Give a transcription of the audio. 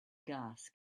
gas